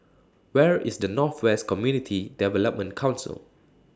Where IS The North West Community Development Council